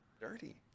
Dirty